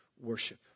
worship